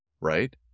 right